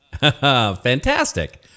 Fantastic